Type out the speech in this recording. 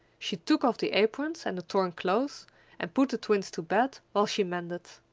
she took off the aprons and the torn clothes and put the twins to bed while she mended.